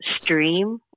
stream